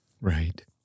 Right